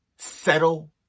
Settle